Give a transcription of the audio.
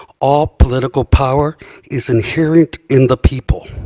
all political power is inherent in the people.